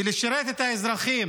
בלשרת את האזרחים,